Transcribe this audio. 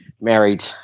married